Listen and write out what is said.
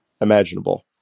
imaginable